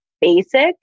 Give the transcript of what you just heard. basic